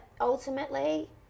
ultimately